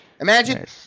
Imagine